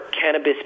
cannabis